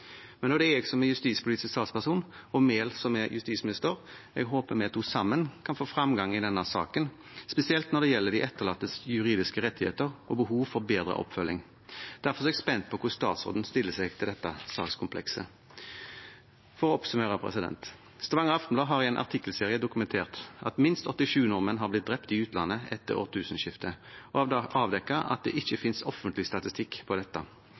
Men nå er det jeg som er justispolitisk talsperson og Mehl som er justisminister, og jeg håper vi to sammen kan få framgang i denne saken, spesielt når det gjelder de etterlattes juridiske rettigheter og behov for bedre oppfølging. Derfor er jeg spent på hvordan statsråden stiller seg til dette sakskomplekset. For å oppsummere: Stavanger Aftenblad har i en artikkelserie dokumentert at minst 87 nordmenn har blitt drept i utlandet etter årtusenskiftet, og har avdekket at det ikke finnes offentlig statistikk på dette.